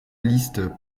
liste